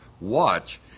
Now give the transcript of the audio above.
Watch